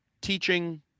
teaching